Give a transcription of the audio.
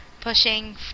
pushing